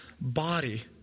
body